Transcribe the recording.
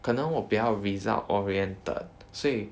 可能我不比较 result-oriented 所以